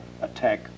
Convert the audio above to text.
attack